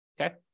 Okay